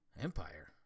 Empire